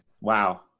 wow